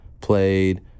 played